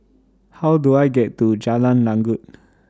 How Do I get to Jalan Lanjut